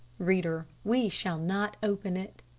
reader, we shall not open it!